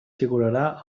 figurarà